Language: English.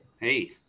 Hey